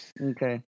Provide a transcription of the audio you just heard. Okay